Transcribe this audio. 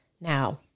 Now